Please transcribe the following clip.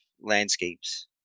landscapes